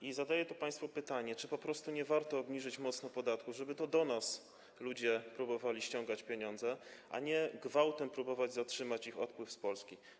I zadaję tu państwu pytanie: Czy po prostu nie warto obniżyć mocno podatku, żeby to do nas ludzie próbowali ściągać pieniądze, a nie gwałtem próbować zatrzymać ich odpływ z Polski?